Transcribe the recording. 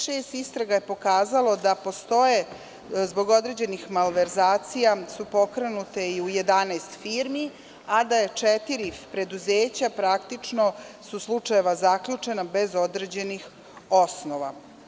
Šezdeset šest istraga je pokazalo da postoje, zbog određenih malverzacija su pokrenute i u 11 firmi, a da su u četiri preduzeća praktično slučajevi zaključeni bez određenih osnova.